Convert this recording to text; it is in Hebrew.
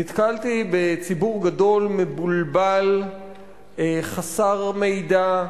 נתקלתי בציבור גדול מבולבל, חסר מידע,